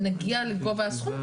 נגיע לגובה הסכום?